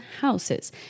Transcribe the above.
houses